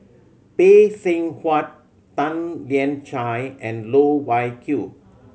Phay Seng Whatt Tan Lian Chye and Loh Wai Kiew